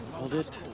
hold it.